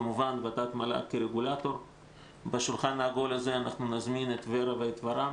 כמובן ות"ת ומל"ג כרגולטור ואנחנו נזמין את ור"ה ואת ור"מ